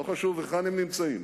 לא חשוב היכן הם נמצאים,